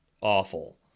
awful